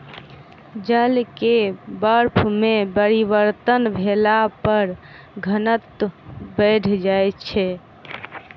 जल के बर्फ में परिवर्तन भेला पर घनत्व बैढ़ जाइत छै